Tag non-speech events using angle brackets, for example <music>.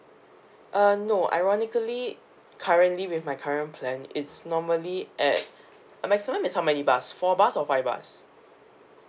uh no ironically currently with my current plan it's normally at <breath> maximum is how many bars four bars or five bars